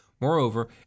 Moreover